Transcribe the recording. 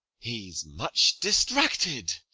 he s much distracted.